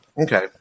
Okay